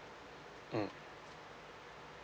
mm